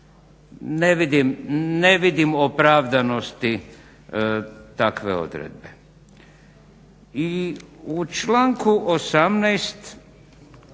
Ne vidim opravdanosti takve odredbe.